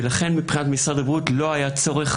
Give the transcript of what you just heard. ולכן מבחינת משרד הבריאות לא היה צורך